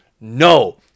no